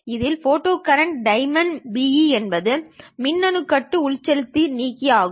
இதில் photo current times Be என்பது மின் அணு கட்டு உள்செலுத்தி நீக்கி ஆகும்